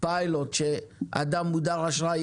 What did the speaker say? פיילוט שאדם מודר אשראי,